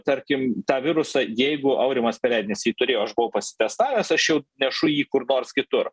tarkim tą virusą jeigu aurimas perednis jį turėjo aš buvau pasitestavęs aš jau nešu jį kur nors kitur